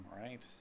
right